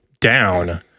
down